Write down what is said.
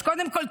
אז קודם כול,